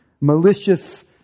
malicious